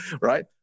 Right